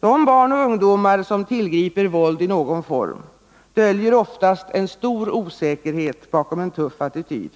De barn och ungdomar som tillgriper våld i någon form döljer oftast en stor osäkerhet bakom en tuff attityd.